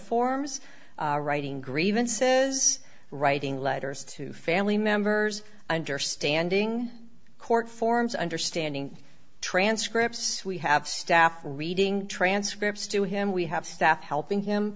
forms writing grievances writing letters to family members understanding court forms understanding transcripts we have staff reading transcripts to him we have staff helping him